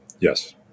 Yes